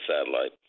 satellite